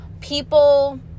people